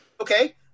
Okay